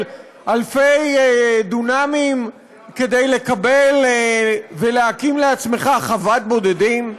אלפי דונמים כדי להקים לעצמך חוות בודדים?